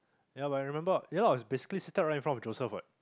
ya but I remember ya I was basically seated right in front of Joseph what